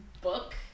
book